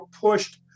pushed